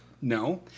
No